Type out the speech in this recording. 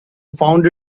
found